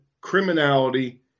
criminality